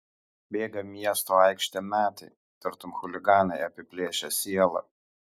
bėga miesto aikštėm metai tartum chuliganai apiplėšę sielą